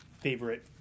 favorite